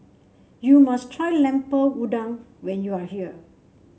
you must try Lemper Udang when you are here